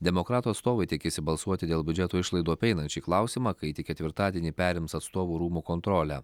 demokratų atstovai tikisi balsuoti dėl biudžeto išlaidų apeinant šį klausimą kai tik ketvirtadienį perims atstovų rūmų kontrolę